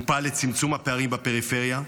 הוא פעל לצמצום הפערים בפריפריה,